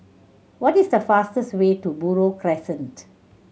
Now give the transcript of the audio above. what is the fastest way to Buroh Crescent